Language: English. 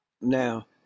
now